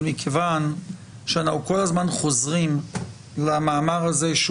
אבל מכיוון שאנחנו כל הזמן חוזרים למאמר הזה שהוא